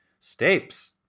Stapes